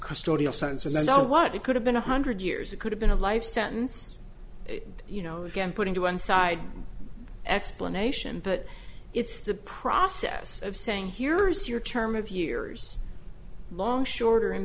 custodial sentence and i don't know what it could have been one hundred years it could have been a life sentence you know again putting to one side explanation but it's the process of saying here is your term of years long shorter in